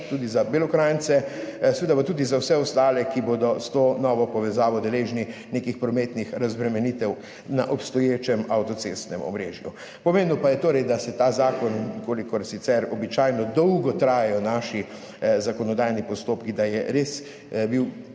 tudi za Belokranjce, seveda pa tudi za vse ostale, ki bodo s to novo povezavo deležni nekih prometnih razbremenitev na obstoječem avtocestnem omrežju. Pomembno pa je torej, da je bil ta zakon, običajno sicer dolgo trajajo naši zakonodajni postopki, res